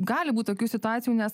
gali būt tokių situacijų nes